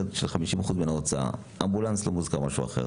של 50% מההוצאה." אמבולנס לא מוזכר משהו אחר.